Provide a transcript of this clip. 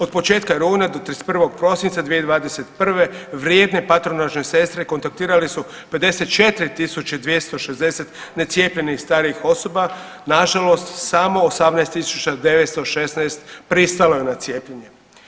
Od početka rujna do 31. prosinca 2021. vrijedne patronažne sestre kontaktirale su 54.260 necijepljenih starijih osoba, nažalost samo 18.916 pristalo je na cijepljenje.